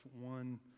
one